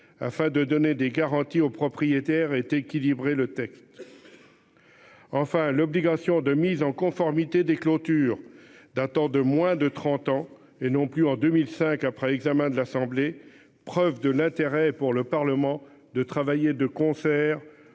afin de donner des garanties aux propriétaires est équilibré. Le texte. Enfin, l'obligation de mise en conformité des clôtures d'un temps de moins de 30 ans et non plus en 2005 après examen de l'Assemblée. Preuve de l'intérêt pour le Parlement de travailler de concert